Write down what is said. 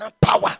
power